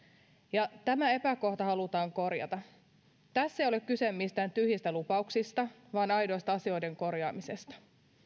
ja tämä epäkohta halutaan korjata tässä ei ole kyse mistään tyhjistä lupauksista vaan aidosta asioiden korjaamisesta